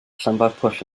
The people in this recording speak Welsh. llanfairpwll